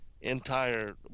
entire